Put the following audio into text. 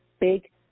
Big